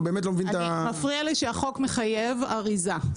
מפריע לי שהחוק מחייב אריזה.